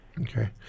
Okay